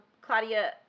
Claudia